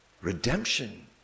Redemption